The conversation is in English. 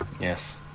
Yes